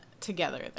together